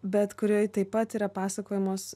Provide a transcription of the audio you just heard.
bet kurioj taip pat yra pasakojamos